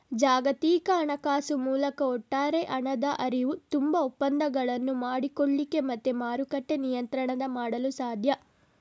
ಜಾಗತಿಕ ಹಣಕಾಸು ಮೂಲಕ ಒಟ್ಟಾರೆ ಹಣದ ಹರಿವು, ತುಂಬಾ ಒಪ್ಪಂದಗಳನ್ನು ಮಾಡಿಕೊಳ್ಳಿಕ್ಕೆ ಮತ್ತೆ ಮಾರುಕಟ್ಟೆ ನಿಯಂತ್ರಣ ಮಾಡಲು ಸಾಧ್ಯ